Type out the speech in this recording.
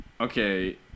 Okay